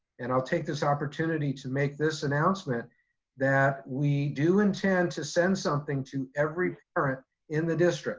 and i'll take this opportunity to make this announcement that we do intend to send something to every parent in the district